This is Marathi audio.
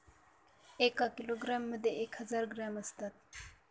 एका किलोग्रॅम मध्ये एक हजार ग्रॅम असतात